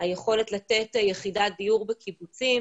היכולת לתת יחידת דיור בקיבוצים,